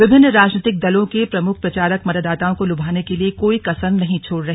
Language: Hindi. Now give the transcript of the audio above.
विभिन्न राजनीतिक दलों के प्रमुख प्रचारक मतदाताओं को लुभाने के लिए कोई कसर नहीं छोड़ रहे